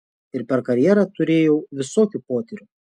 ir per karjerą turėjau visokių potyrių